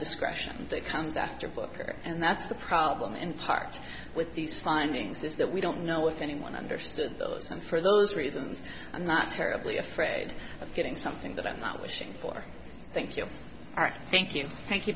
discretion that comes after booker and that's the problem in part with these findings is that we don't know if anyone understood those and for those reasons i'm not terribly afraid of getting something that i'm not wishing for thank you thank you thank you